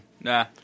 Nah